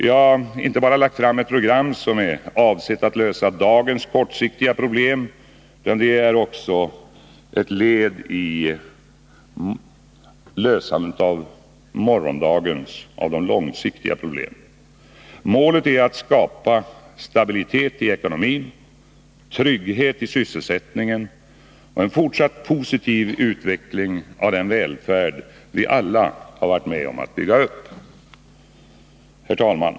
Vi har inte bara lagt fram ett program som är avsett att lösa dagens kortsiktiga problem, utan det är också ett led i lösandet av morgondagens långsiktiga problem. Målet är att skapa stabilitet i ekonomin, trygghet i sysselsättningen och fortsatt positiv utveckling av den välfärd vi alla varit med om att bygga upp. Herr talman!